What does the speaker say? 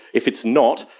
if it's not,